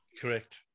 Correct